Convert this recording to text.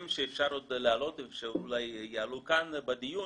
שאפשר עוד להעלות ושאולי יעלו כאן בדיון,